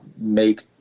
make